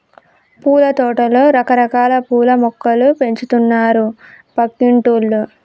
పూలతోటలో రకరకాల పూల మొక్కలు పెంచుతున్నారు పక్కింటోల్లు